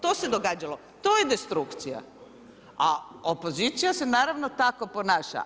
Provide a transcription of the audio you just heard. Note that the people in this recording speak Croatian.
To se događalo, to je destrukcija, a opozicija se naravno tako ponaša.